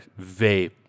vape